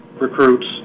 recruits